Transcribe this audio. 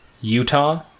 Utah